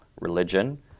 religion